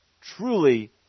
truly